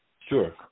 Sure